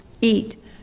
eat